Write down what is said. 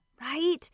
right